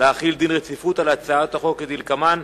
להחיל דין רציפות על הצעות החוק כדלקמן: